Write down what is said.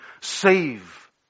save